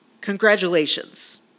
congratulations